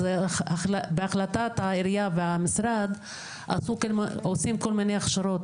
אז בהחלטת העירייה והמשרד עושים כל מיני הכשרות.